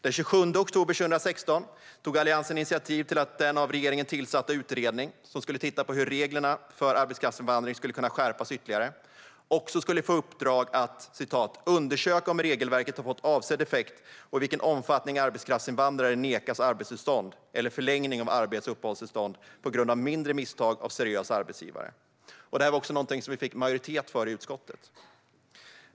Den 27 oktober 2016 tog Alliansen initiativ till att den av regeringen tillsatta utredning som skulle titta på hur reglerna för arbetskraftsinvandring skulle kunna skärpas ytterligare också skulle få i uppdrag att "undersöka om regelverket har fått avsedd effekt och i vilken omfattning arbetskraftsinvandrare nekas arbetstillstånd eller förlängning av arbets och uppehållstillstånd på grund av mindre misstag av seriösa arbetsgivare". Detta var också något vi fick majoritet för i utskottet.